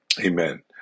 Amen